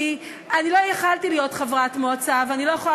כי לא יכולתי להיות חברת מועצה ואני לא יכולה